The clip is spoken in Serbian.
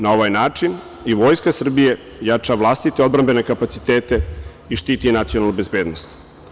Na ovaj način i Vojska Srbije jača vlastite odbrambene kapacitete i štiti nacionalnu bezbednost.